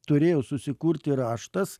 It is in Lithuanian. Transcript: turėjo susikurti raštas